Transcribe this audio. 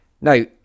Now